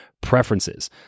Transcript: preferences